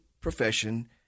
profession